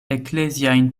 ekleziajn